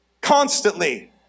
constantly